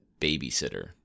babysitter